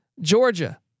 Georgia